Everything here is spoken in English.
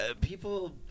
people